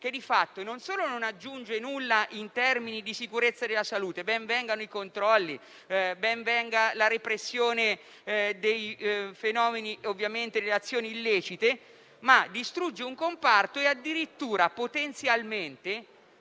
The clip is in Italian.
che di fatto non solo non aggiunge nulla in termini di sicurezza per la salute - ben vengano i controlli e la repressione dei fenomeni e delle azioni illecite - ma distrugge un comparto e addirittura potenzialmente